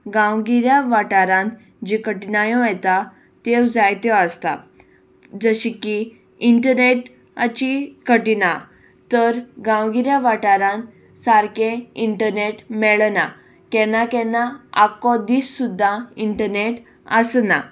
गांवगिऱ्या वाठारान जे कटिणायो येता त्यो जायत्यो आसता जशें की इंटनेटाची कटिण तर गांवगिऱ्या वाठारान सारकें इंटनेट मेळना केन्ना केन्ना आख्खो दीस सुद्दा इंटनेट आसना